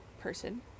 person